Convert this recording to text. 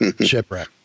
shipwreck